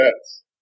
bets